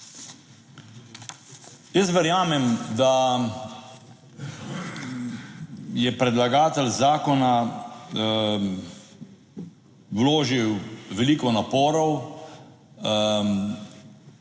Jaz verjamem, da je predlagatelj zakona vložil veliko naporov